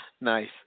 Nice